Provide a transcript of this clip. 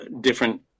different